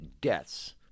Deaths